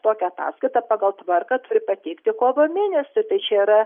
tokią ataskaitą pagal tvarką turi pateikti kovo mėnesį tai čia yra